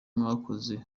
mwakoze